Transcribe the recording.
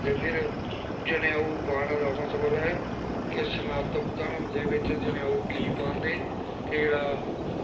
ते फिर जनेऊ पाने दा मतबल ऐ कि सनातन धर्म दे बिच्च जनेऊ कीऽ पांदे कि जेह्ड़ा